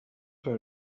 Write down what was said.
where